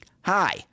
Hi